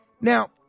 Now